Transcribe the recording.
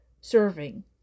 serving